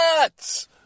nuts